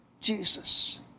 Jesus